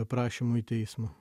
prašymu į teismą